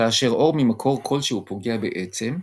כאשר אור ממקור כלשהו פוגע בעצם,